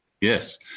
Yes